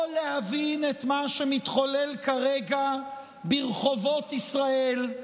או להבין את מה שמתחולל כרגע ברחובות ישראל,